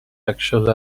actually